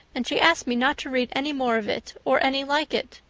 and she asked me not to read any more of it or any like it.